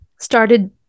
started